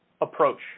approach